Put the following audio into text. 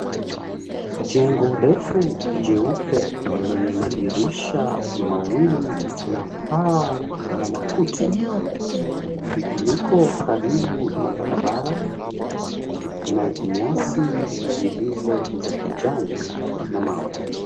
Jengo refu jeupe lenye madirisha mawili na paa la makuti, liko karibu na barabara na nyasi zilizo za kijani na mawe.